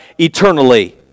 eternally